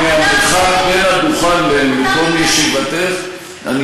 מהמרחק שבין הדוכן למקום ישיבתך אני